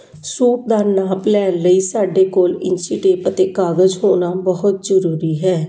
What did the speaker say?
suit ਦਾ ਨਾਪ ਲੈਣ ਲਈ ਸਾਡੇ ਕੋਲ ਇੰਚੀ ਟੇਪ ਅਤੇ ਕਾਗਜ਼ ਹੋਣਾ ਬਹੁਤ ਜ਼ਰੂਰੀ ਹੈ